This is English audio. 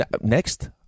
Next